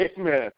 Amen